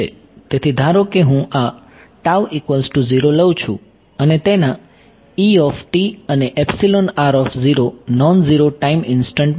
તેથી ધારો કે હું આ લઉં છું અને તેના અને નોન ઝીરો ટાઈમ ઇન્સ્ટંટ માટે